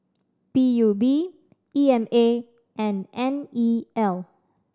P U B E M A and N E L